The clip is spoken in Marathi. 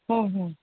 हो हो